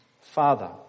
Father